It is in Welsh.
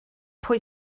pwy